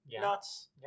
nuts